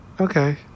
Okay